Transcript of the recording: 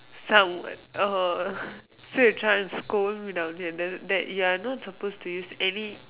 some what orh so you are trying to scold me down here that that you are not supposed to use any